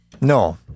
No